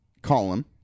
Column